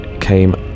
came